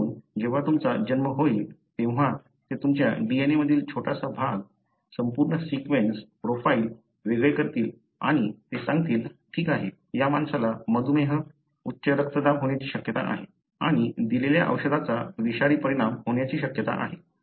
म्हणून जेव्हा तुमचा जन्म होईल तेव्हा ते तुमच्या DNA मधील छोटासा भाग संपूर्ण सीक्वेन्स प्रोफाइल वेगळे करतील आणि ते सांगतील ठीक आहे या माणसाला मधुमेह उच्च रक्तदाब होण्याची शक्यता आहे आणि दिलेल्या औषधाचा विषारी परिणाम होण्याची शक्यता आहे